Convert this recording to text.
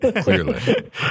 clearly